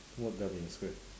what dumb and square